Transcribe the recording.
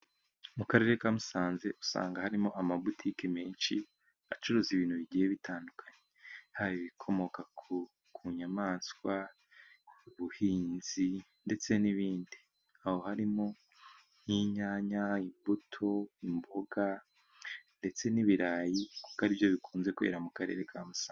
Mu karere ka Musanze usanga harimo amabutiki menshi acuruza ibintu bigiye bitandukanye. Haba ibikomoka ku nyamaswa, ubuhinzi ndetse n'ibindi. Haba harimo nk'inyanya, imbuto, imboga ndetse n'ibirayi, kuko aribyo bikunze kwera mu karere ka Musanze.